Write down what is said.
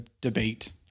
debate